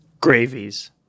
Gravies